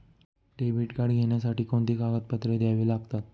Debit card घेण्यासाठी कोणती कागदपत्रे द्यावी लागतात?